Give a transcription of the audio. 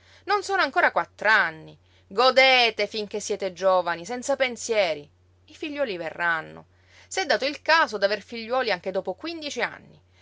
non sono ancora quattr'anni godete finché siete giovani senza pensieri i figliuoli verranno s'è dato il caso d'aver figliuoli anche dopo quindici anni